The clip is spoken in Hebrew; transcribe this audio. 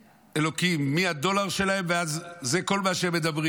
אלוקים, מהדולר שלהם, זה כל מה שמדברים.